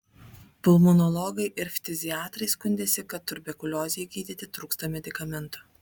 pulmonologai ir ftiziatrai skundėsi kad tuberkuliozei gydyti trūksta medikamentų